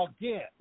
again